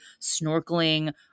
snorkeling